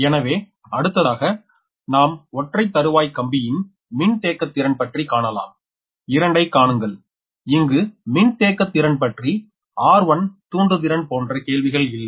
எனவே அடுத்ததாக நாம் ஒற்றைத் தறுவாய் கம்பியின் மின்தேக்குத் திறன் பற்றி காணலாம் 2 ஐ காணுங்கள் இங்கு மின்தேக்குத் திறன் பற்றி r1 தூண்டுதிறன் போன்ற கேள்விகள் இல்லை